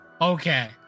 Okay